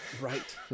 right